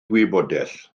gwybodaeth